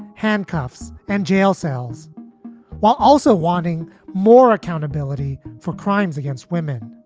handcuffs and jail cells while also wanting more accountability for crimes against women.